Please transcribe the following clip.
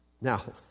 Now